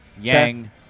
Yang